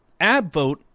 abvote